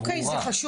אוקיי, זה חשוב